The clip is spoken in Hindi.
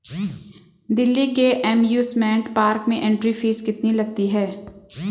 दिल्ली के एमयूसमेंट पार्क में एंट्री फीस कितनी लगती है?